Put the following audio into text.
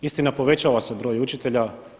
Istina povećava se broj učitelja.